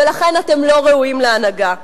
ולכן אתם לא ראויים להנהגה.